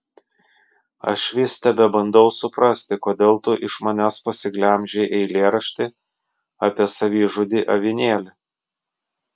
aš vis tebebandau suprasti kodėl tu iš manęs pasiglemžei eilėraštį apie savižudį avinėlį